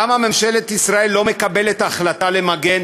למה ממשלת ישראל לא מקבלת החלטה למגן